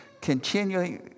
continually